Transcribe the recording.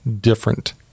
different